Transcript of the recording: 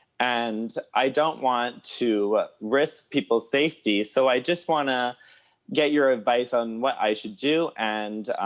and i don't want to risk people's safety. so i just wanna get your advice on what i should do. and